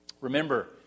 Remember